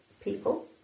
people